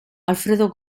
alfredo